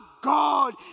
God